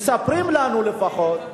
מספרים לנו לפחות.